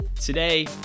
Today